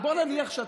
לא את הדת.